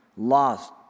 lost